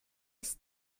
ist